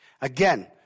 Again